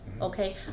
okay